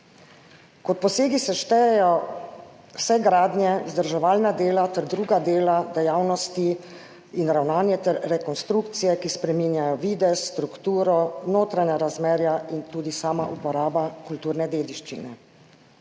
Kot posegi se štejejo vse gradnje, vzdrževalna dela ter druga dela, dejavnosti in ravnanje ter rekonstrukcije, ki spreminjajo videz, strukturo, notranja razmerja, in tudi sama uporaba kulturne dediščine.